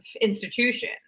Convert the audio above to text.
institution